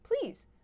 please